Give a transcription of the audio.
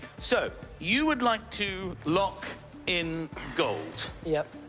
so, you would like to lock in gold. yep.